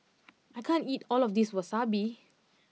I can't eat all of this Wasabi